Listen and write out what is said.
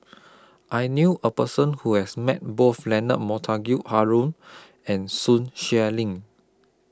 I knew A Person Who has Met Both Leonard Montague Harrod and Sun Xueling